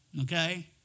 Okay